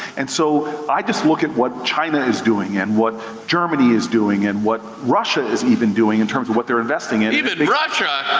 and so, i just look at what china is doing, and what germany is doing, and what russia is even doing in terms of what they're investing in even russia?